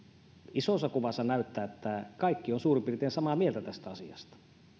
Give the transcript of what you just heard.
isossa kuvassa näyttää että kaikki ovat suurin piirtein samaa mieltä tästä asiasta